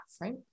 right